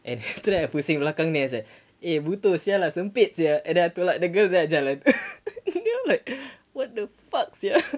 and after that I pusing belakang then I was like eh bodoh sia lah sempit sia and then I the girl then I they all were like what the fuck sia